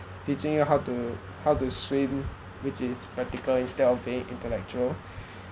teaching you how to how to swim which is practical instead of being intellectual